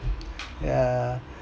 ya